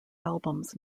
albums